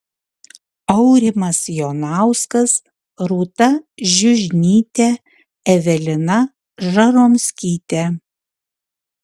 aurimas jonauskas rūta žiužnytė evelina žaromskytė